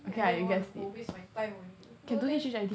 anyway I didn't even want to go waste my time only go there